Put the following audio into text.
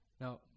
Now